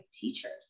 teachers